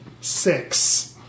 Six